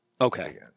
Okay